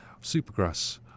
Supergrass